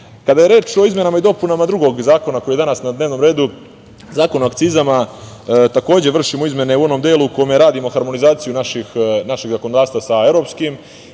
je reč o izmenama i dopunama drugog zakona koji je danas na dnevnom redu, Zakon o akcizama, takođe vršimo izmene u onom delu u kome radimo harmonizaciju našeg zakonodavstva sa evropskim